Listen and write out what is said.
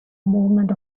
movement